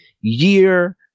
year